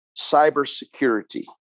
cybersecurity